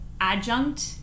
adjunct